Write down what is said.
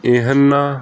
ਇਹਨਾਂ